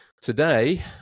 Today